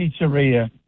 Pizzeria